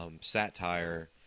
satire